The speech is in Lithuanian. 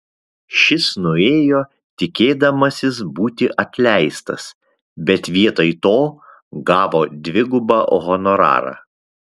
šis nuėjo tikėdamasis būti atleistas bet vietoj to gavo dvigubą honorarą